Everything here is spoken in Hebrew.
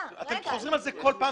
אתם חוזרים על זה כל פעם